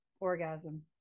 orgasm